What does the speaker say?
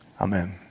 Amen